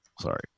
Sorry